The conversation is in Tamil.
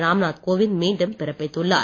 ராம்நாத் கோவிந்த் மீண்டும் பிறப்பித்துள்ளார்